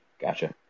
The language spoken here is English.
Gotcha